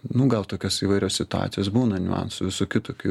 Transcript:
nu gal tokios įvairios situacijos būna niuansų visokių tokių